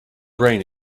brain